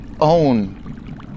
own